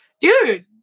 dude